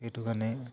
সেইটো কাৰণে